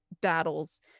Battles